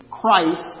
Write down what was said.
Christ